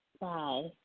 Bye